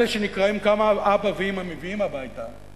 אלה שנקראים כמה אבא ואמא מביאים הביתה,